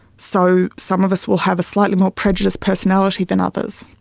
so some of us will have a slightly more prejudiced personality than others.